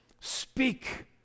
Speak